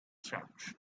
sharks